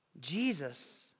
Jesus